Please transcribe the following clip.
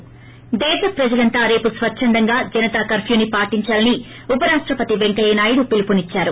ి దేశ ప్రజలంతా రేపు స్వచ్చందంగా జనతా కర్న్నాని పాటించాలని ఉపరాష్టపతి పెంకయ్యనాయుడు పిలుపునిచ్చారు